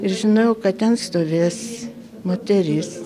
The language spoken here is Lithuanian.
ir žinojau kad ten stovės moteris